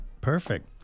perfect